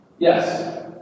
Yes